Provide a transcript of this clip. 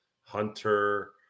Hunter